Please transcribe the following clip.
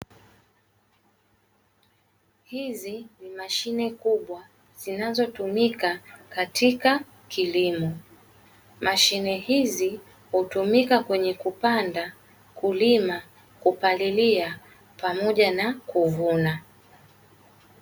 Hizi ni mashine kubwa zinazotumika katika kilimo; mashine hizi hutumika kwenye kupanda, kulima, kupalilia pamoja na kuvuna.